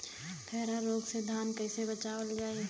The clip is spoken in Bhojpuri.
खैरा रोग से धान कईसे बचावल जाई?